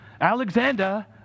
Alexander